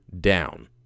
down